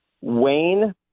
Wayne